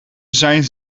zijn